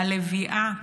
הלביאה,